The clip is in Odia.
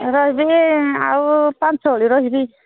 ରହିବି ଆଉ ପାଞ୍ଚ ଓଳି ରହିବି